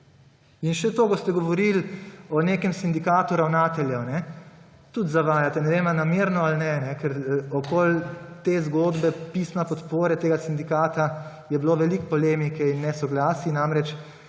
In ko ste govorili o nekem sindikatu ravnateljev, tudi zavajate. Ne vem, ali namerno ali ne, ker okoli te zgodbe pisma podpore tega sindikata je bilo veliko polemike in nesoglasij. Namreč,